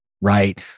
right